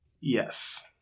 Yes